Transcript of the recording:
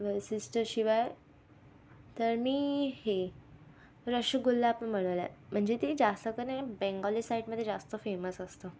वैशिष्ट्यशिवाय तर मी हे रसगुल्ला पण बनवला आहे म्हणजे ते जास्त का नाय बेंगॉली साइडमध्ये जास्त फेमस असतो